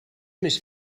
més